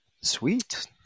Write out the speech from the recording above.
sweet